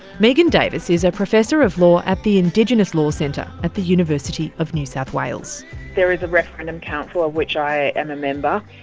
megan davis is a professor of law at the indigenous law centre at the university of new south wales there is a referendum council, of which i am a member,